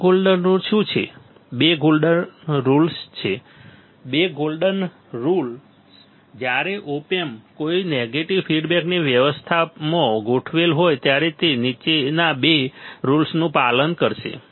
આ golden rules શું છે બે ગોલ્ડન રુલ્સ છે બે ગોલ્ડન રુલ્સ જ્યારે ઓપ એમ્પ કોઈપણ નેગેટિવ ફીડબેક વ્યવસ્થામાં ગોઠવેલ હોય ત્યારે તે નીચેના બે રુલ્સનું પાલન કરશે